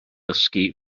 dysgu